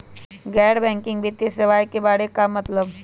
गैर बैंकिंग वित्तीय सेवाए के बारे का मतलब?